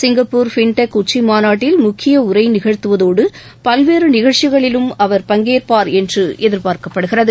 Singapore fintech உச்சி மாநாட்டில் முக்கிய உரை நிகழ்த்துவதோடு பல்வேறு நிகழ்ச்சிகளிலும் அவர் பங்கேற்பாா் என்று எதிா்பாா்க்கப்படுகிறது